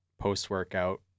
post-workout